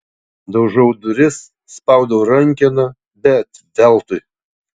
daužau duris spaudau rankeną bet veltui